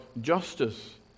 justice